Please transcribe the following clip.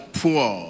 poor